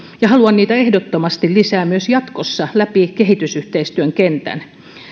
ja haluan niitä ehdottomasti lisää myös jatkossa läpi kehitysyhteistyön kentän